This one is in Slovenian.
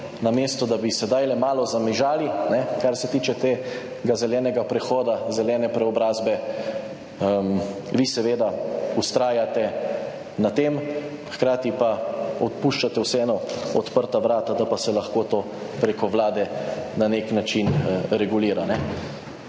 namesto da bi sedaj le malo zamižali, kar se tiče tega zelenega prehoda, zelene preobrazbe vi seveda vztrajate na tem, hkrati pa odpuščate vseeno odprta vrata, da pa se lahko to preko Vlade na nek način regulira.